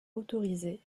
autorisé